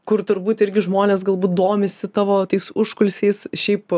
kur turbūt irgi žmonės galbūt domisi tavo tais užkulisiais šiaip